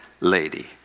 lady